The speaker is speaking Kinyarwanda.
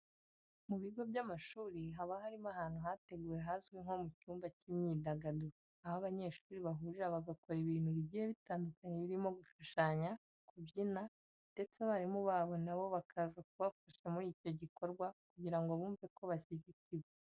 Mu bigo by'amashuri haba harimo ahantu hateguwe hazwi nko mu cyumba cy'imyidagaduro, aho abanyeshuri bahurira bagakora ibintu bigiye bitandukanye birimo gushushanya, kubyina ndetse abarimu babo na bo bakaza kubafasha muri icyo gikorwa kugira ngo bumve ko bashyigikiwe.